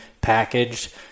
packaged